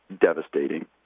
devastating